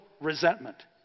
resentment